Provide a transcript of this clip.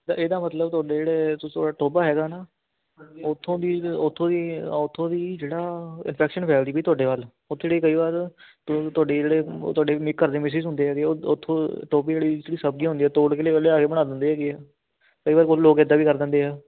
ਤਾਂ ਇਹਦਾ ਮਤਲਬ ਤੁਹਾਡੇ ਜਿਹੜੇ ਤੁਸੀਂ ਇਹ ਟੋਭਾ ਹੈਗਾ ਨਾ ਉੱਥੋਂ ਦੀ ਉੱਥੋਂ ਦੀ ਉੱਥੋਂ ਦੀ ਜਿਹੜਾ ਇਨਫੈਕਸ਼ਨ ਫੈਲਦੀ ਪਈ ਤੁਹਾਡੇ ਵੱਲ ਉੱਥੇ ਜਿਹੜੀ ਕਈ ਵਾਰ ਤੂੰ ਤੁਹਾਡੇ ਜਿਹੜੇ ਤੁਹਾਡੇ ਮਿ ਘਰਦੇ ਮਿਸਜ਼ ਹੁੰਦੇ ਹੈਗੇ ਆ ਉਹ ਉੱਥੋਂ ਟੋਭੇ ਵਾਲੀ ਜਿਹੜੀ ਸਬਜ਼ੀਆਂ ਹੁੰਦੀਆਂ ਤੋੜ ਕੇ ਅਤੇ ਲਿਆ ਕੇ ਬਣਾ ਦਿੰਦੇ ਹੈਗੇ ਹੈ ਕਈ ਵਾਰ ਕੁਝ ਲੋਕ ਇੱਦਾਂ ਵੀ ਕਰ ਦਿੰਦੇ ਆ